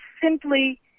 simply